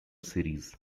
series